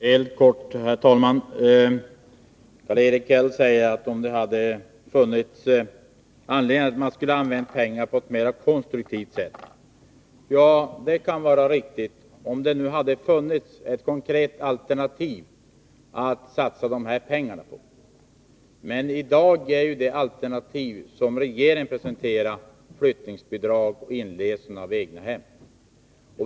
Herr talman! Jag skall fatta mig helt kort. Karl-Erik Häll säger att det hade funnits anledning att använda pengar på ett mer konstruktivt sätt. Ja, det kan vara riktigt, om det nu hade funnits ett konkret alternativ att satsa pengarna på. Men i dag är de alternativ som regeringen presenterar flyttningsbidrag och inlösen av egna hem.